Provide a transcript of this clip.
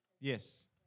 yes